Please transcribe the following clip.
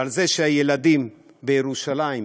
ועל זה שהילדים בירושלים,